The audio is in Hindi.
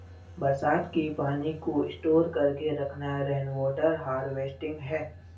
बरसात के पानी को स्टोर करके रखना रेनवॉटर हारवेस्टिंग है